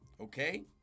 Okay